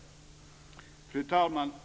Fru talman!